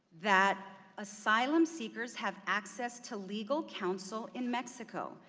that asylum-seekers have access to legal counsel in mexico?